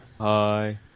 Hi